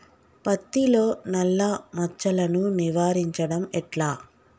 పత్తిలో నల్లా మచ్చలను నివారించడం ఎట్లా?